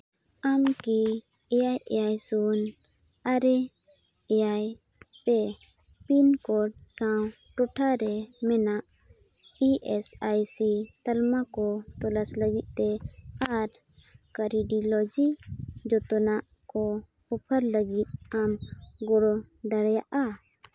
ᱟᱢ ᱠᱤ ᱮᱭᱟᱭ ᱮᱭᱟᱭ ᱥᱩᱱ ᱟᱨᱮ ᱮᱭᱟᱭ ᱯᱮ ᱯᱩᱱ ᱠᱚᱰ ᱥᱟᱶ ᱴᱚᱴᱷᱟᱨᱮ ᱢᱮᱱᱟᱜ ᱤ ᱮᱹᱥ ᱟᱭ ᱥᱤ ᱛᱟᱞᱢᱟ ᱠᱚ ᱛᱚᱞᱟᱥ ᱞᱟᱹᱜᱤᱫ ᱛᱮ ᱟᱨ ᱠᱟᱹᱨᱤᱰᱤᱞᱚᱡᱤ ᱡᱚᱛᱚᱱᱟᱜ ᱠᱚ ᱚᱯᱷᱟᱨ ᱞᱟᱹᱜᱤᱫ ᱟᱢ ᱜᱚᱲᱚ ᱫᱟᱲᱮᱭᱟᱜᱼᱟ